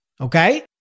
Okay